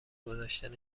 گذشتن